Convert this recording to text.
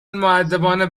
مودبانه